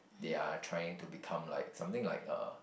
they are trying to become like something like uh